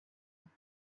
with